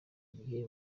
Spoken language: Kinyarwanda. gihe